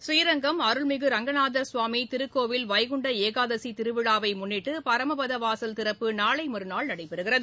பூரீரங்கம் அருள்மிகு அரங்கநாதர் சுவாமி திருக்கோவில் வைகுண்ட ஏகாதசி திருவிழாவை முன்னிட்டு பரமபத வாசல் திறப்பு நாளை மறுநாள் நடைபெறுகிறது